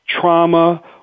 trauma